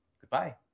Goodbye